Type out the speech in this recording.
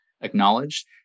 acknowledged